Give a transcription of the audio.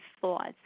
thoughts